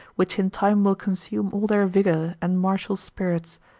which in time will consume all their vigour, and martial spirits.